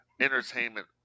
entertainment